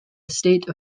estate